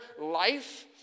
life